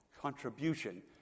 contribution